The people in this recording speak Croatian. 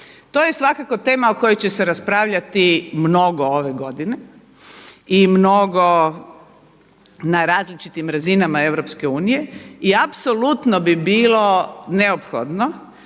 To je svakako tema o kojoj će se raspravljati mnogo ove godine i mnogo na različitim razinama EU. I apsolutno bi bilo neophodno